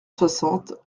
soixante